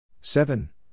seven